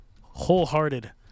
wholehearted